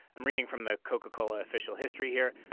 i'm reading from the coca-cola official history here.